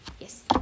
Yes